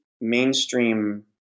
mainstream